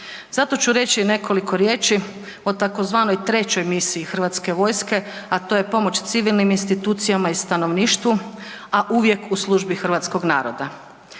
Zato ću reći nekoliko riječi o tzv. 3. misiji HV-a, a to je pomoć civilnim institucijama i stanovništvu, a uvijek u službi hrvatskog naroda.